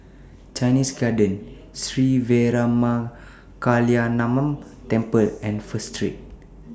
Chinese Garden Sri Veeramakaliamman Temple and First Street